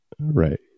right